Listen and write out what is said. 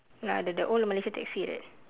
ah the the old Malaysia taxi right